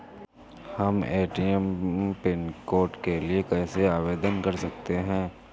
हम ATM pin code के लिए कैसे आवेदन कर सकते हैं?